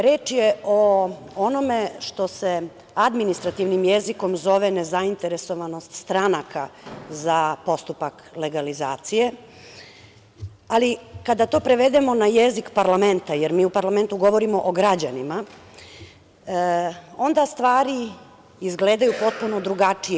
Reč je o onome što se administrativnim jezikom zove nezainteresovanost stranaka za postupak legalizacije, ali kada to prevedemo na jezik parlamenta jer mi u parlamentu govorimo o građanima, onda stvari izgledaju potpuno drugačije.